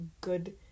good